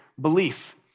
belief